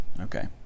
Okay